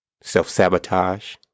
self-sabotage